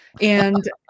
And-